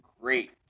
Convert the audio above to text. great